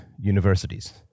universities